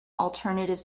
alternative